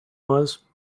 was